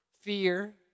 fear